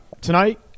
Tonight